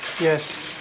yes